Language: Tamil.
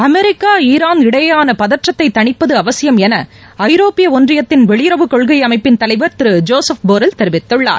அமெரிக்கா ஈரான் இடையேயான பதற்றத்தை தணிப்பது அவசியம் என ஐரோப்பிய ஒன்றியத்தின் வெளியுறவு கொள்கை அமைப்பின் தலைவர் திரு ஜோசப் போரெல் தெரிவித்துள்ளார்